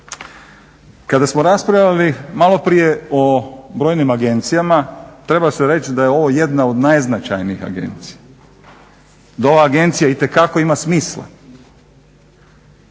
Kada smo raspravljali malo prije o brojnim agencijama treba se reći da je ovo jedna od najznačajnijih agencija, da ova agencija itekako ima smisla